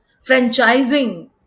franchising